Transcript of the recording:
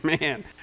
man